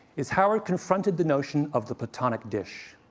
is howard confronted the notion of the platonic dish.